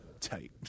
tight